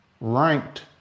ranked